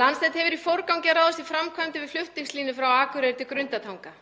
Landsnet hefur í forgangi að ráðast í framkvæmdir við flutningslínu frá Akureyri til Grundartanga.